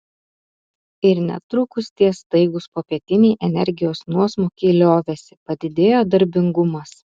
ir netrukus tie staigūs popietiniai energijos nuosmukiai liovėsi padidėjo darbingumas